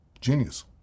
genius